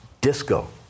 disco